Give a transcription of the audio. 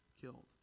killed